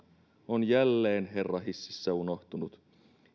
on jälleen herrahississä unohtunut